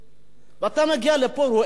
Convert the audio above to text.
אתה מגיע לפה ורואה דווקא,